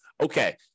okay